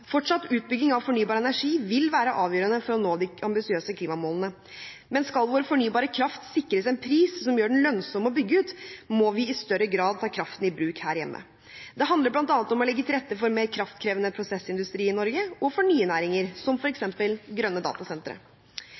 Fortsatt utbygging av fornybar energi vil være avgjørende for å nå de ambisiøse klimamålene. Men skal vår fornybare kraft sikres en pris som gjør den lønnsom å bygge ut, må vi i større grad ta kraften i bruk her hjemme. Det handler bl.a. om å legge til rette for mer kraftkrevende prosessindustri i Norge og for nye næringer, som f.eks. grønne datasentre.